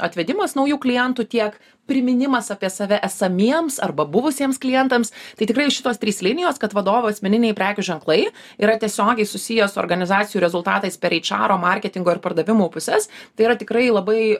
atvedimas naujų klientų tiek priminimas apie save esamiems arba buvusiems klientams tai tikrai šitos trys linijos kad vadovų asmeniniai prekių ženklai yra tiesiogiai susiję su organizacijų rezultatais per eitš aro marketingo ir pardavimų puses tai yra tikrai labai